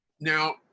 Now